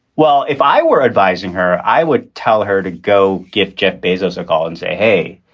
well, if i were advising her, i would tell her to go gift jeff bezos or call and say, hey,